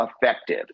effective